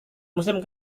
musim